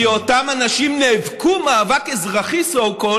כי אותם אנשים נאבקו מאבק אזרחי so called